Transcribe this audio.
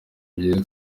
byiza